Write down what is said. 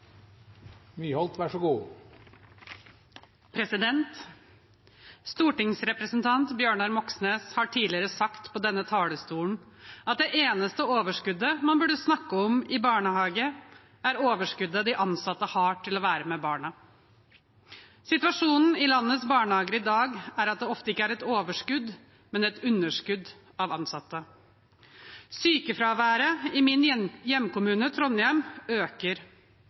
Stortingsrepresentant Bjørnar Moxnes har tidligere sagt fra denne talerstolen at det eneste overskuddet man burde snakke om i barnehagesammenheng, er overskuddet de ansatte har til å være med barna. Situasjonen i landets barnehager i dag er at det ofte ikke er et overskudd, men et underskudd av ansatte. Sykefraværet i min hjemkommune Trondheim øker,